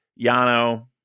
Yano